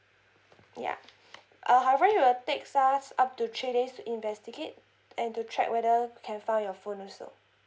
ya uh however it will takes us up to three days to investigate and to check whether we can find your phone also